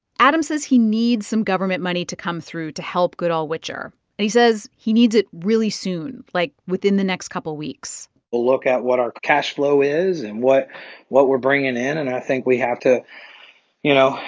adam says he needs some government money to come through to help goodall-witcher, and he says he needs it really soon like, within the next couple weeks we'll look at what our cash flow is and what what we're bringing in. and i think we have to you know,